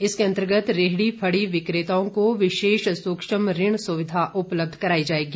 इसके अंतर्गत रेहड़ी फड़ी विक्रेताओं को विशेष सूक्ष्म ऋण सुविधा उपलब्ध कराई जाएगी